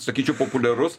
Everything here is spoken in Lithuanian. sakyčiau populiarus